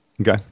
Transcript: Okay